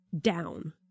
down